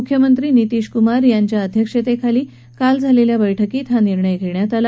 मुख्यमंत्री नितीशकुमार यांच्या अध्यक्षतेखाली काल झालेल्या मंत्रीमंडळ बैठकीत हा निर्णय घेण्यात आला